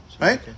right